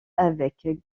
avec